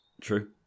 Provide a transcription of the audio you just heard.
True